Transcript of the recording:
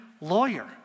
lawyer